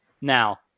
Now